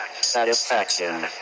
satisfaction